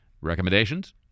Recommendations